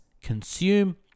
Consume